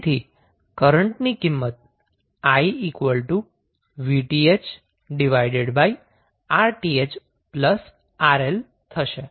તેથી કરન્ટની કિંમત i VThRTh RL થશે